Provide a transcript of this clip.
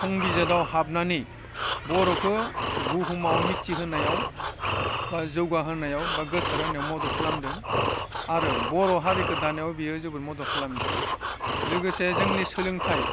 संबिजिदाव हाबनानै बर'खौ बुहुमाव मिथिहोनायाव बा जौगाहोनायाव बा गोसारहोनायाव मदद खालामदों आरो बर' हारिखौ दानायाव बियो जोबोद मदद खालामदों लोगोसे जोंनि सोलोंथाइ